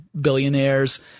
billionaires